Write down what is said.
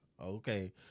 okay